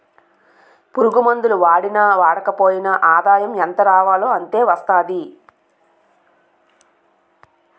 పురుగుమందులు వాడినా వాడకపోయినా ఆదాయం ఎంతరావాలో అంతే వస్తాది